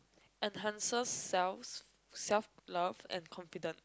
enhances self self love and confidence